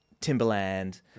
Timberland